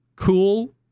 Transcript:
Cool